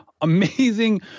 amazing